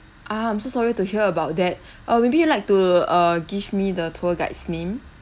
ah I'm so sorry to hear about that uh maybe you like to uh give me the tour guide's name